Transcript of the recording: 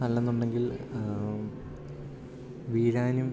അല്ലന്നുണ്ടെങ്കിൽ വീഴാനും